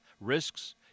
risks